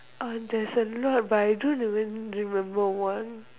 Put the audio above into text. orh there's a lot but I don't even remember one